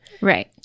right